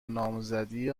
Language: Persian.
نامزدی